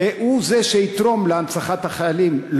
הוא זה שיתרום להנצחת זכר החיילים.